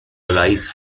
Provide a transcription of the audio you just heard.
arise